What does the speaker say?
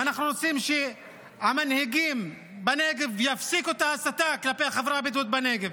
ואנחנו רוצים שהמנהיגים בנגב יפסיקו את ההסתה כלפי החברה הבדואית בנגב,